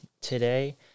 today